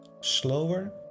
slower